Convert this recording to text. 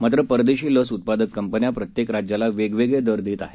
मात्र परदेशी लस उत्पादक कंपन्या प्रत्येक राज्याला वेगवेगळे दर देत आहेत